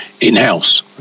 in-house